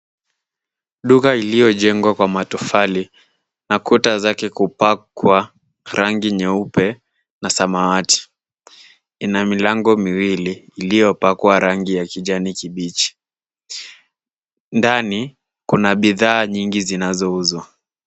Duka iliyojengwa kwa matofali, na kuta zake kupakwa rangi nyeupe na samawati. Ina milango miwili iliyopakwa rangi ya kijani kibichi. Ndani kuna bidhaa nyingi zinazouzwa.